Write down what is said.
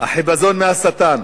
החיפזון מהשטן,